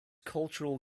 cultural